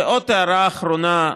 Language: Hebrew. ועוד הערה אחרונה,